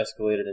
escalated